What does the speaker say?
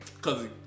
Cause